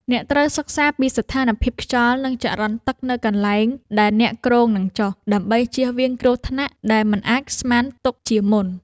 អ្នកត្រូវសិក្សាពីស្ថានភាពខ្យល់ និងចរន្តទឹកនៅកន្លែងដែលអ្នកគ្រោងនឹងចុះ ដើម្បីជៀសវាងគ្រោះថ្នាក់ដែលមិនអាចស្មានទុកជាមុន។